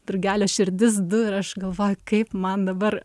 drugelio širdis du ir aš galvoju kaip man dabar